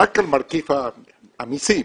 רק מרכיב המסים,